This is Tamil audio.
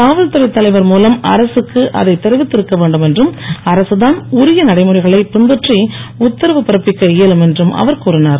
காவல்துறைத் தலைவர் மூலம் அரசுக்கு அதைத் தெரிவித்திருக்க வேண்டும் என்றும் அரசுதான் உரிய நடைமுறைகளைப் பின்பற்றி உத்தரவு பிறப்பிக்க இயலும் என்றும் அவர் கூறிஞர்